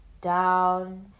down